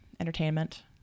entertainment